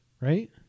right